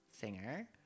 singer